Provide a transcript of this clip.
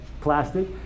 plastic